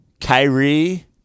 Kyrie